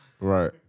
Right